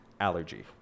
allergy